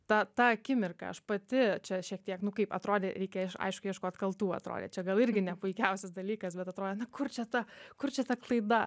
ta ta akimirka aš pati čia šiek tiek nu kaip atrodė reikėjo aišk aišku ieškot kaltų atrodė čia gal irgi ne puikiausias dalykas bet atrodė na kur čia ta kur čia ta klaida